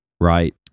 Right